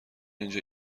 اینجا